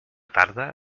tarda